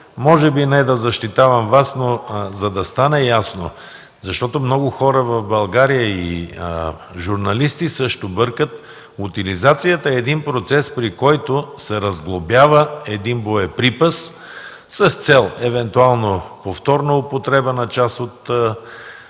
може би не да защитавам Вас, но за да стане ясно, защото много хора в България и журналисти също бъркат. Утилизацията е един процес, при който се разглобява един боеприпас с цел евентуална повторна употреба на част от